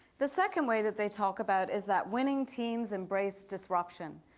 the second way that they talk about is that winning teams embrace disruption.